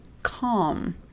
calm